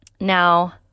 Now